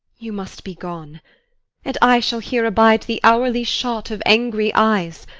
you must be gone and i shall here abide the hourly shot of angry eyes,